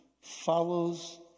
follows